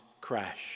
crash